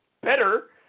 better